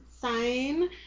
sign